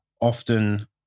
often